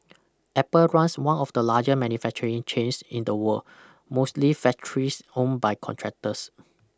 Apple runs one of the larger manufacturing chains in the world mostly factories owned by contractors